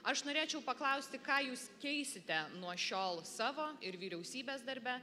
aš norėčiau paklausti ką jūs keisite nuo šiol savo ir vyriausybės darbe